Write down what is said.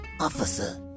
officer